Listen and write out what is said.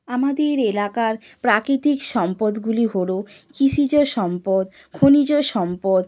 আমাদের এলাকার প্রাকৃতিক সম্পদগুলি হল কৃষিজ সম্পদ খনিজ সম্পদ